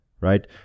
right